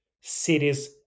cities